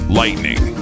lightning